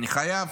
אני חייב